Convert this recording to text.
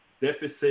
deficit